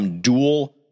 dual